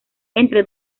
entre